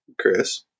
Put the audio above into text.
Chris